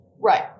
Right